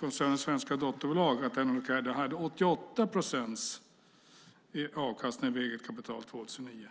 koncernens svenska dotterbolag, hade 88 procents avkastning på eget kapital 2009.